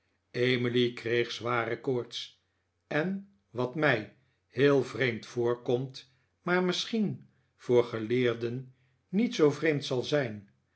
emily kreeg zware koorts en wat mij heel vreemd voorkomt maar misschien voor geleerden niet zoo vreemd zal zijn